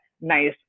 nice